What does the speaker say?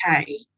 okay